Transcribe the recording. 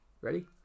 Ready